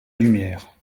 lumière